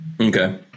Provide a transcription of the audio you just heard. Okay